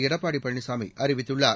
எடப்பாடி பழனிசாமி அறிவித்துள்ளார்